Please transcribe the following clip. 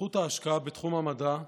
בזכות ההשקעה בתחום המדע,